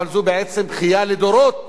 אבל זו בעצם בכייה לדורות,